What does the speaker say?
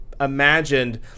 imagined